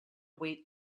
wait